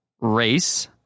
race